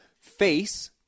Face